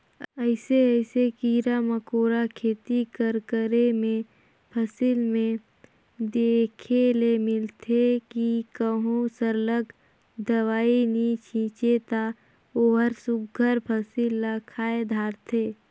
अइसे अइसे कीरा मकोरा खेती कर करे में फसिल में देखे ले मिलथे कि कहों सरलग दवई नी छींचे ता ओहर सुग्घर फसिल ल खाए धारथे